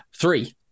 three